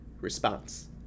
response